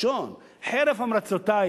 חרף המלצותי